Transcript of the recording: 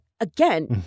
again